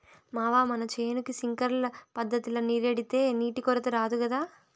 మావా మన చేనుకి సింక్లర్ పద్ధతిల నీరెడితే నీటి కొరత రాదు గదా